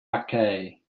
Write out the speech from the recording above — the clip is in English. mackaye